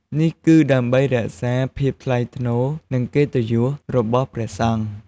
នេះគឺដើម្បីរក្សាភាពថ្លៃថ្នូរ និងកិត្តិយសរបស់ព្រះសង្ឃ។